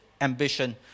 ambition